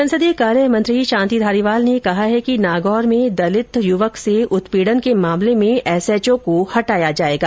संसदीय कार्य मंत्री शांति धारीवाल ने कहा है कि नागौर में दलित युवक से उत्पीडन के मामले में एसएचओ को हटाया जायेगा